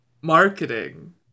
marketing